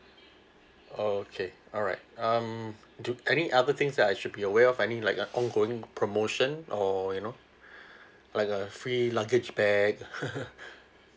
oh okay alright um do any other things that I should be aware of any like uh ongoing promotion or you know like a free luggage bag